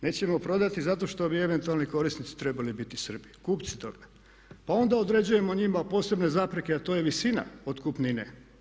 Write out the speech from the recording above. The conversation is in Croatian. Nećemo prodati zato što bi eventualni korisnici trebali biti Srbi, kupci toga, pa onda određujemo njima posebne zapreke a to je visina otkupnine.